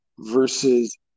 versus